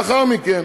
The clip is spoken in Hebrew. לאחר מכן